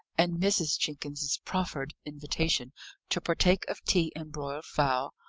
and mrs. jenkins's proffered invitation to partake of tea and broiled fowl,